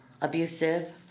abusive